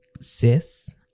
Sis